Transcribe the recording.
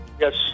Yes